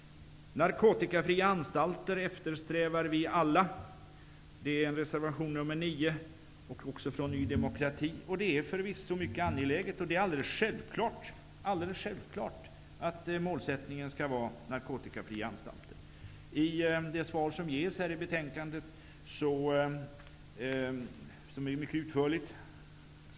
I reservation 9 från Ny demokrati tas narkotikafria anstalter upp. Det eftersträvar vi alla. Det är förvisso mycket angeläget. Det är självklart att målsättningen skall vara narkotikafria anstalter. Utskottet kommenterar denna reservation mycket utförligt.